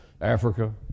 Africa